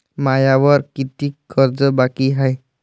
मायावर कितीक कर्ज बाकी हाय?